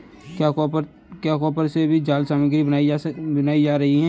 क्या कॉपर से भी जाल सामग्री बनाए जा रहे हैं?